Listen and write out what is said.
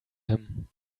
him